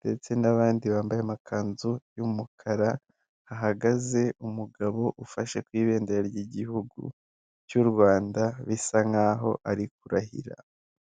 ndetse n'abandi bambaye amakanzu y'umukara, hahagaze umugabo ufashe ku ibendera ry'igihugu cy'u Rwanda bisa nk'aho ari kurahira.